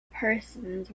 persons